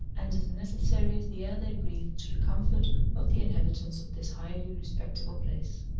and as necessary as the air they breathe to the comfort of the inhabitants of this highly respectable place.